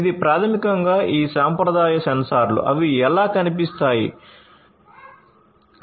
ఇది ప్రాథమికంగా ఈ సాంప్రదాయ సెన్సార్లు అవి ఎలా కనిపిస్తాయి గురించి